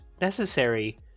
necessary